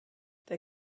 der